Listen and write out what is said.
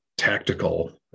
tactical